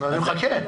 אני מחכה.